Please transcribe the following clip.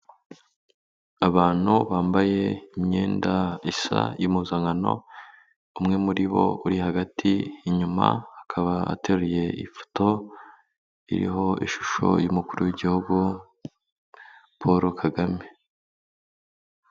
Abantu bambaye imyenda isa y'impuzankano, umwe muri bo uri hagati inyuma akaba ateruye ifoto iriho ishusho y'umukuru w'igihugu Paul Kagame.